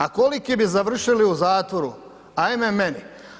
A koliki bi završili u zatvoru, ajme meni.